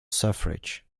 suffrage